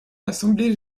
l’assemblée